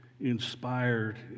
inspired